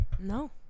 No